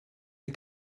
die